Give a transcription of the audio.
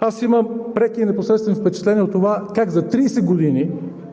Аз имам преки и непосредствени впечатления от това как за 30 години